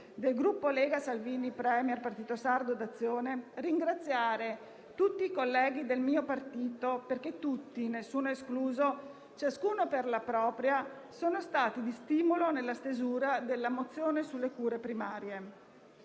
del Gruppo Lega-Salvini Premier-Partito Sardo d'Azione, ringraziare tutti i colleghi del mio partito perché tutti, nessuno escluso e ciascuno per la propria parte, sono stati di stimolo nella stesura della mozione sulle cure primarie.